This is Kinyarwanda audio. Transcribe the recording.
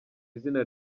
izina